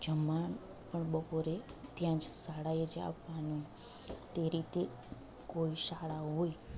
જમવા પણ બપોરે ત્યાં જ શાળાએ આવવાનું તે રીતે કોઈ શાળા હોય